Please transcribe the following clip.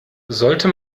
sollte